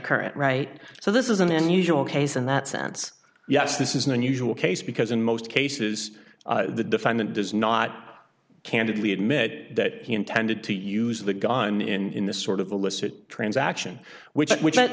current right so this is an unusual case in that sense yes this is an unusual case because in most cases the defendant does not candidly admit that he intended to use the gun in this sort of a licit transaction which which